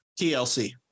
TLC